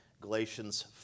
Galatians